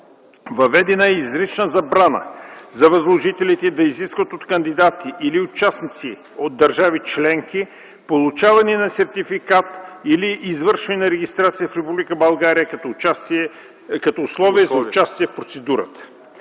Въведена е изрична забрана за възложителите да изискват от кандидати или участници от държави членки получаване на сертификат или извършване на регистрация в Република България като условие за участие в процедурата.